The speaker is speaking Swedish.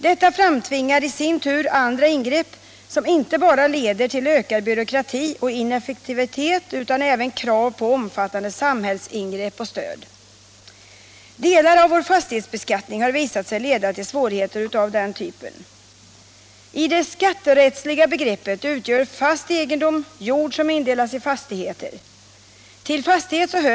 Detta framtvingar i sin tur andra ingrepp, som inte bara leder till ökad byråkrati och ineffektivitet utan även till krav på omfattande samhällsingrepp och stöd. Delar av vår fastighetsbeskattning har visat sig leda till svårigheter av den typen.